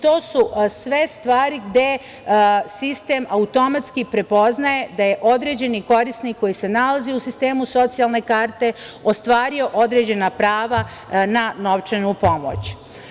To su sve stvari gde sistem automatski prepoznaje da je određeni korisnik koji se nalazi u sistemu socijalne karte ostvario određena prava na novčanu pomoć.